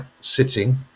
sitting